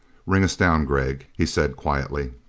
ring us down, gregg, he said quietly.